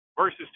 versus